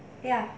ya